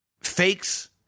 fakes